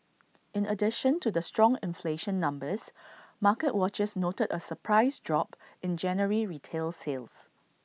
in addition to the strong inflation numbers market watchers noted A surprise drop in January retail sales